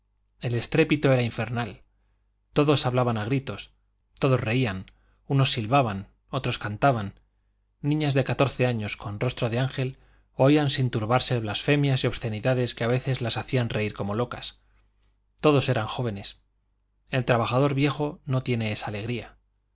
el estrépito era infernal todos hablaban a gritos todos reían unos silbaban otros cantaban niñas de catorce años con rostro de ángel oían sin turbarse blasfemias y obscenidades que a veces las hacían reír como locas todos eran jóvenes el trabajador viejo no tiene esa alegría